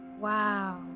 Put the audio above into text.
Wow